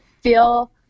feel